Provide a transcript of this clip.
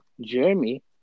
Jeremy